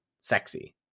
sexy